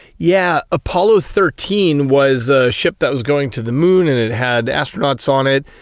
yeah, apollo thirteen was a ship that was going to the moon and it had astronauts on it,